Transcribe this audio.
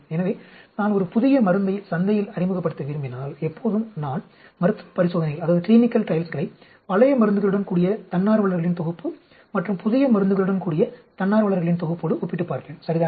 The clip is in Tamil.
எனவே நான் ஒரு புதிய மருந்தை சந்தையில் அறிமுகப்படுத்த விரும்பினால் எப்போதும் நான் மருத்துவ பரிசோதனைகளை பழைய மருந்துகளுடன் கூடிய தன்னார்வலர்களின் தொகுப்பு மற்றும் புதிய மருந்துகளுடன் கூடிய தன்னார்வலர்களின் தொகுப்போடு ஒப்பிட்டுப் பார்ப்பேன் சரிதானே